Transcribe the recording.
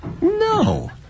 no